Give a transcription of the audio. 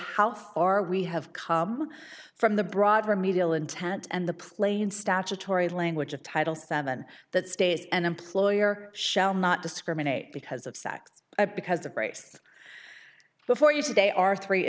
how far we have come from the broad remedial intent and the plain statutory language of title seven that states an employer shall not discriminate because of sex because of race before you today are three